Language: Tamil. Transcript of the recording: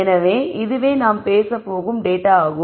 எனவே இதுவே நாம் பேசப் போகும் டேட்டா ஆகும்